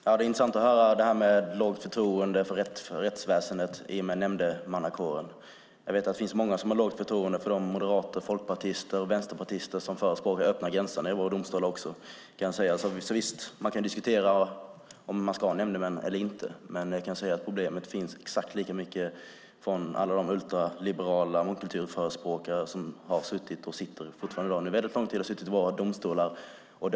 Fru talman! Det är intressant att höra detta om lågt förtroende för rättsväsendet i och med nämndemannakåren. Jag vet att det finns många som har lågt förtroende också för de moderater, folkpartister och vänsterpartister som förespråkar öppna gränser i vår domstol. Så visst - man kan diskutera om man ska nämndemän eller inte, men jag kan säga att problemet finns exakt lika mycket när det gäller alla de ultraliberala mångkulturförespråkare som har suttit i våra domstolar och sitter där fortfarande i dag.